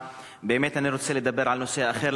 באמת אני רוצה לדבר על נושא אחר.